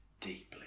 deeply